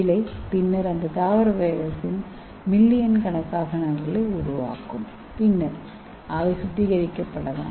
இலை பின்னர் அந்த தாவர வைரஸின் மில்லியன் கணக்கான நகல்களை உருவாக்கும் பின்னர் அவை சுத்திகரிக்கப்படலாம்